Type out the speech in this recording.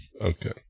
Okay